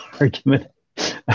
argument